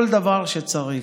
כל דבר שצריך.